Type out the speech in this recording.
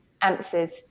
answers